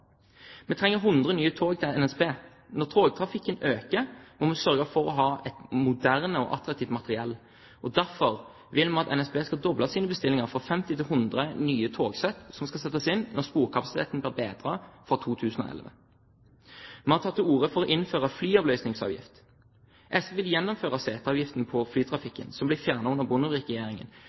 Vi trenger 100 nye tog til NSB. Når togtrafikken øker, må vi sørge for å ha moderne og attraktivt materiell. Derfor vil vi at NSB skal doble sine bestillinger fra 50 til 100 nye togsett som skal settes inn når sporkapasiteten blir bedret fra 2011. Vi tar til orde for å innføre «flyavløsningsavgift». SV vil gjeninnføre seteavgiften på flytrafikken, som ble fjernet under